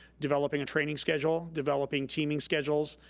developing a training schedule, developing teaming schedules.